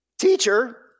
Teacher